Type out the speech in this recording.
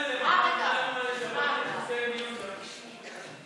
ההצעה להעביר את הנושא לוועדה שתקבע ועדת הכנסת נתקבלה.